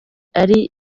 ari